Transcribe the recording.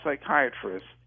psychiatrists